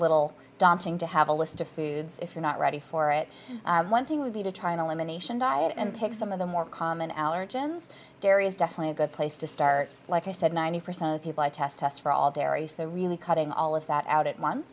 little daunting to have a list of foods if you're not ready for it one thing would be to try and elimination diet and pick some of the more common allergens dairy is definitely a good place to start like i said ninety percent of people i test test for all dairy so really cutting all of that out at on